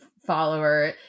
follower